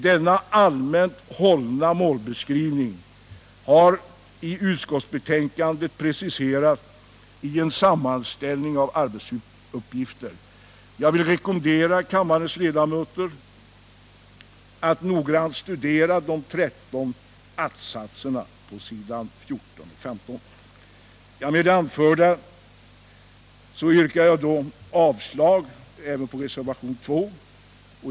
Denna allmänt hållna målbeskrivning har i utskottsbetänkandet preciserats i en sammanställning av arbetsuppgifter. Jag vill rekommendera kammarens ledamöter att noggrant studera de 13 att-satserna på s. 14 och 15. Med det anförda yrkar jag avslag även på reservationen 2.